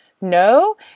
no